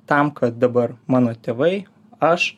tam kad dabar mano tėvai aš